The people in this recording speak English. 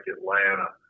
Atlanta